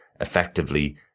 effectively